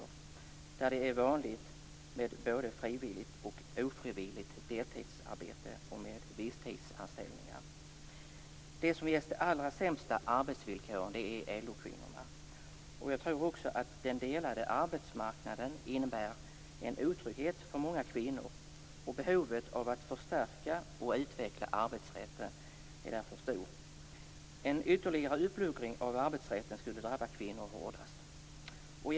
Där är det också vanligt både med frivilligt och med ofrivilligt deltidsarbete liksom med visstidsanställningar. Det är LO-kvinnorna som har de allra sämsta arbetsvillkoren. Den delade arbetsmarknaden innebär en otrygghet för många kvinnor. Behovet av att förstärka och utveckla arbetsrätten är därför stort. En ytterligare uppluckring av arbetsrätten skulle drabba kvinnor hårdast.